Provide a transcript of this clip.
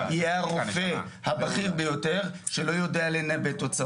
יהיה הרופא הבכיר ביותר שלא יודע לנבא תוצאות.